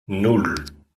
nan